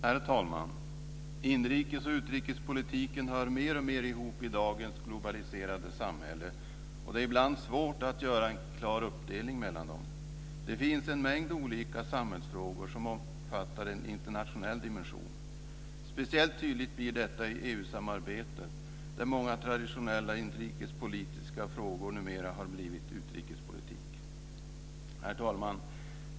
Herr talman! Inrikes och utrikespolitiken hör mer och mer ihop i dagens globaliserade samhälle. Det är ibland svårt att göra en klar uppdelning mellan dem. Det finns en mängd olika samhällsfrågor som omfattar en internationell dimension. Speciellt tydligt blir detta i EU-samarbetet, där många traditionella inrikespolitiska frågor numera har blivit utrikespolitik. Herr talman!